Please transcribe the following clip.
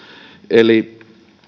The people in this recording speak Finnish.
eli